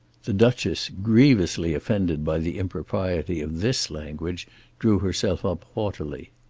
the duchess, grievously offended by the impropriety of this language drew herself up haughtily.